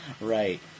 Right